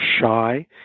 shy